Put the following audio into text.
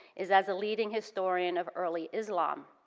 is as a leading historian of early islam.